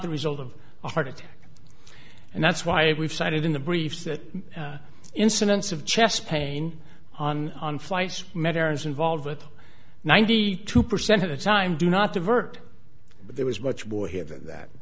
the result of a heart attack and that's why we've cited in the briefs that incidence of chest pain on on flights measurements involved with ninety two percent of the time do not divert but there was much more here than that